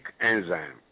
enzyme